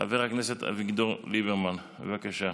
מס' 937. חבר הכנסת אביגדור ליברמן, בבקשה.